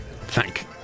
thank